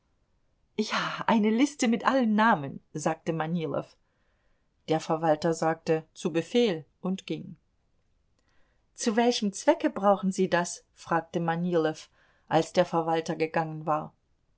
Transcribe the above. ja eine liste mit allen namen sagte manilow der verwalter sagte zu befehl und ging zu welchem zwecke brauchen sie das fragte manilow als der verwalter gegangen war